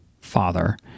father